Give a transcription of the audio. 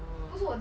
oh